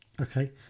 Okay